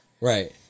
Right